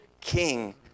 king